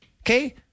okay